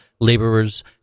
laborers